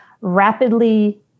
rapidly